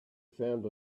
found